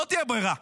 לא תהיה ברירה.